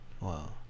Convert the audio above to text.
Wow